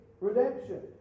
redemption